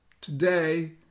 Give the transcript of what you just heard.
Today